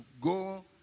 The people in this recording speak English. go